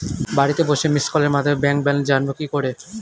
বাড়িতে বসে মিসড্ কলের মাধ্যমে ব্যাংক ব্যালেন্স জানবো কি করে?